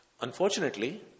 Unfortunately